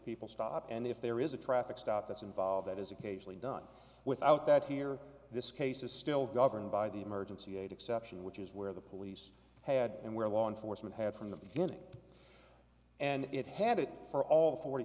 people stop and if there is a traffic stop that's involved that is occasionally done without that here this case is still governed by the emergency aid exception which is where the police had and where law enforcement had from the beginning and it had it for all forty